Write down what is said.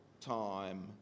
time